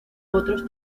otros